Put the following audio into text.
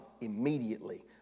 immediately